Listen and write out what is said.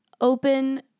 open